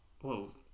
Whoa